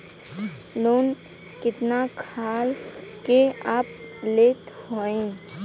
Loan कितना खाल के आप लेत हईन?